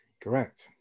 Correct